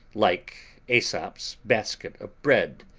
like aesop's basket of bread,